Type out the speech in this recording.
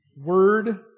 word